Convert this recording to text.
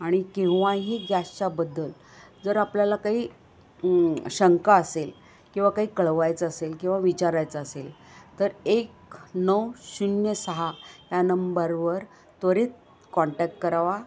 आणि केव्हाही गॅसच्याबद्दल जर आपल्याला काही शंका असेल किंवा काही कळवायचं असेल किंवा विचारायचं असेल तर एक नऊ शून्य सहा या नंबरवर त्वरीत कॉन्टॅक्ट करावा